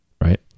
right